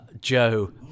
Joe